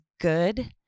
good